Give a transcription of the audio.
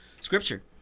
scripture